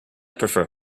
prefer